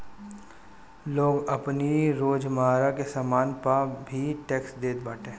लोग आपनी रोजमर्रा के सामान पअ भी टेक्स देत बाटे